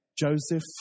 Joseph